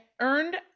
earned